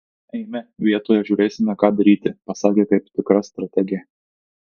eime vietoj žiūrėsime ką daryti pasakė kaip tikra strategė